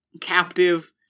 captive